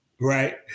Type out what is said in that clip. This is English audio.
Right